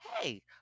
hey